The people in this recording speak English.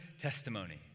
testimony